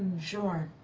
sure.